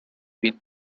been